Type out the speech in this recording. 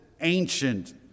ancient